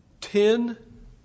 ten